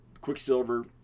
Quicksilver